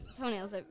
toenails